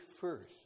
first